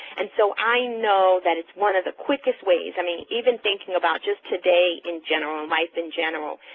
and so i know that it's one of the quickest ways. i mean, even thinking about just today in general, life in general,